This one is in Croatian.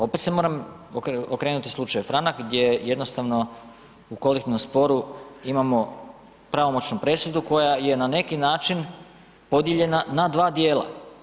Opet se moram okrenuti slučaju Franak, gdje jednostavno u kolektivnom sporu imamo pravomoćnu presudu koja je na neki način podijeljena na dva dijela.